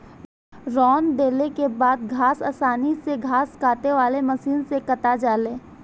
रौंद देले के बाद घास आसानी से घास काटे वाली मशीन से काटा जाले